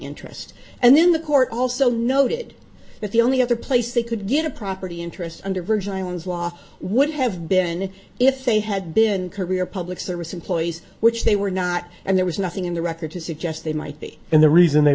interest and then the court also noted that the only other place they could get a property interests under virgin islands law would have been if they had been career public service employees which they were not and there was nothing in the record to suggest they might be and the reason they